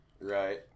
Right